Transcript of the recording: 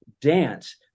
dance